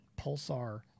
Pulsar